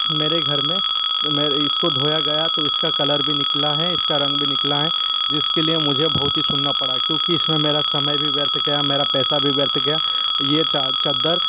मेरे घर में मेरे इसको धोया गया तो इसका कलर भी निकला है इसका रंग भी निकला है जिसके लिए मुझे बहुत ही सुनना पड़ा क्योंकि इस में मेरा समय भी व्यर्थ गया मेरा पैसा भी व्यर्थ गया ये चादर